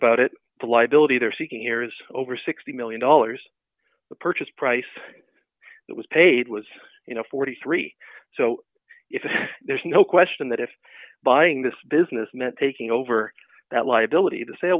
about it the liability they're seeking years over sixty million dollars the purchase price that was paid was you know forty three so there's no question that if buying this business meant taking over that liability the sa